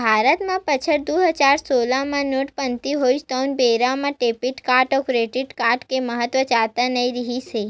भारत म बछर दू हजार सोलह मे नोटबंदी होइस तउन बेरा म डेबिट कारड अउ क्रेडिट कारड के महत्ता जादा रिहिस हे